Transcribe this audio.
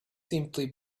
simply